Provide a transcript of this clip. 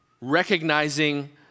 recognizing